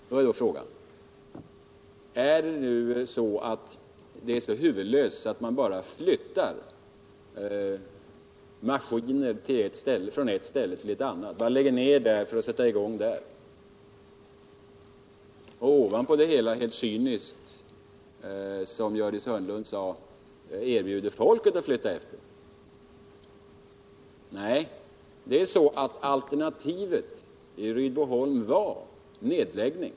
Då är frågan: Är det nu så huvudlöst att man flyttar maskiner från ett ställe till ett annat, att man lägger ned här för att sätta i gång där, och ovanpå detta helt cyniskt — som Gördis Hörnlund sade — erbjuder folket att flytta efter? Nej, det är så att alternativet i Rydboholm var nedläggning.